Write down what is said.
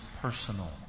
personal